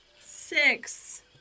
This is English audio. Six